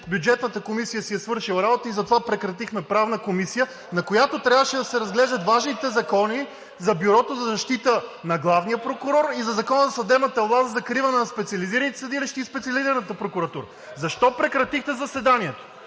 Бюджетната комисия си е свършила работата и затова прекратихме Правната комисия, на която трябваше да се разглеждат важните закони за Бюрото за защита на главния прокурор и за Закона за съдебната власт – закриване на специализираните съдилища и специализираната прокуратура? Защо прекратихте заседанието?